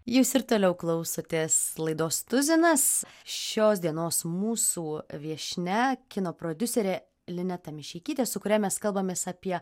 jūs ir toliau klausotės laidos tuzinas šios dienos mūsų viešnia kino prodiuserė lineta mišeikytė su kuria mes kalbamės apie